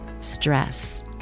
stress